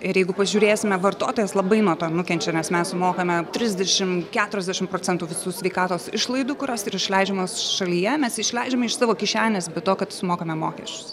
ir jeigu pažiūrėsime vartotojas labai nuo to nukenčia nes mes sumokame trisdešim keturiasdešim procentų visų sveikatos išlaidų kurios yra išleidžiamos šalyje mes išleidžiame iš savo kišenės be to kad sumokame mokesčius